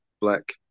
black